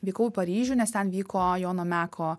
vykau į paryžių nes ten vyko jono meko